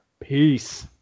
peace